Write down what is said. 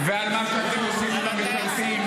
-- ועל מה שאתם עושים עם המשרתים.